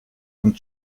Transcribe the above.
und